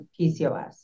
PCOS